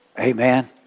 Amen